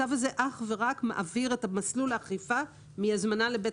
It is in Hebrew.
הצו הזה אך ורק מעביר את מסלול האכיפה מהזמנה לבית